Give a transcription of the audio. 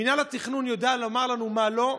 מינהל התכנון יודע לומר לנו מה לא,